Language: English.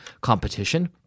competition